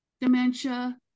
dementia